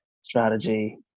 strategy